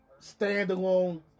standalone